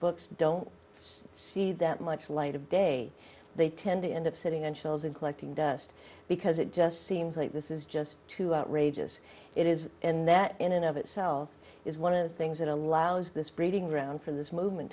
it's see that much light of day they tend to end up sitting on shelves and collecting dust because it just seems like this is just too outrageous it is and that in and of itself is one of the things that allows this breeding ground for this movement